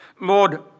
Lord